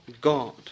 God